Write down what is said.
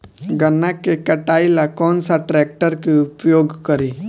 गन्ना के कटाई ला कौन सा ट्रैकटर के उपयोग करी?